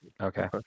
Okay